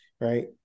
right